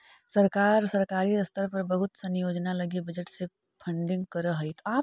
सरकार सरकारी स्तर पर बहुत सनी योजना लगी बजट से फंडिंग करऽ हई